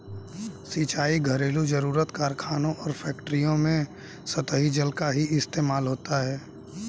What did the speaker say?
सिंचाई, घरेलु जरुरत, कारखानों और फैक्ट्रियों में सतही जल का ही इस्तेमाल होता है